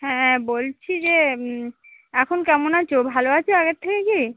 হ্যাঁ বলছি যে এখন কেমন আছো ভালো আছো আগের থেকে কি